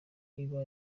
iba